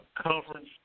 Conference